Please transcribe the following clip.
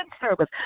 service